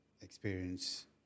experience